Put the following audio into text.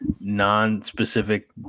non-specific